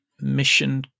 mission